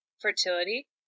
fertility